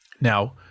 Now